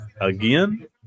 again